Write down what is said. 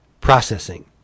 processing